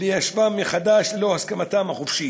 והושבתם מחדש ללא הסכמתם החופשית.